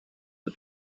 the